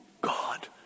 God